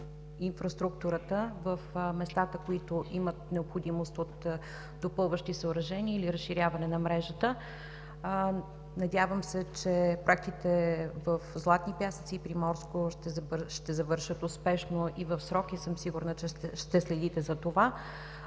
инфраструктурата в местата, които имат необходимост от допълващи съоръжения или разширяване на мрежата. Надявам се, че проектите в „Златни пясъци“ и Приморско ще завършат успешно и в срок. Сигурна съм, че ще следите за това.